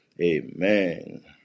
amen